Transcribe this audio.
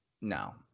no